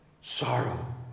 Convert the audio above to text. Sorrow